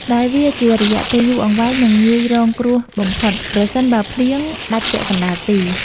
ដែលវាជារយៈពេលយូរអង្វែង និងងាយរងគ្រោះបំផុតប្រសិនបើភ្លៀងដាច់ពាក់កណ្ដាលទី។